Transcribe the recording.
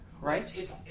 right